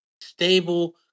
stable